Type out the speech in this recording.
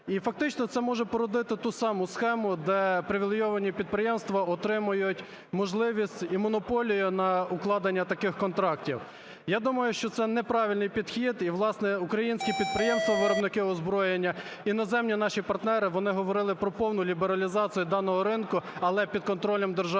І фактично це може породити ту саму схему, де привілейовані підприємства отримують можливість і монополію на укладення таких контрактів. Я думаю, що це неправильний підхід, і, власне, українські підприємства, виробники озброєння, іноземні наші партнери, вони говорили про повну лібералізацію даного ринку, але під контролем держави,